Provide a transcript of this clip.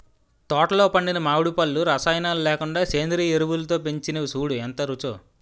తోటలో పండిన మావిడి పళ్ళు రసాయనాలు లేకుండా సేంద్రియ ఎరువులతో పెంచినవి సూడూ ఎంత రుచో